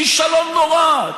כישלון נורא,